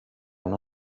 uno